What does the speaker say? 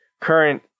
current